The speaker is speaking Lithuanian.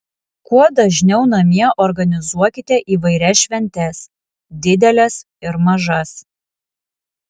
kuo dažniau namie organizuokite įvairias šventes dideles ir mažas